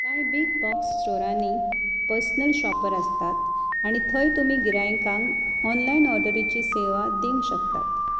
कांय big box स्टोरांनीय personal shopper आसतात आनी थंय तुमी गिरायकांक ऑनलायन आर्डरीची सेवा दिवंक शकतात